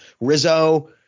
Rizzo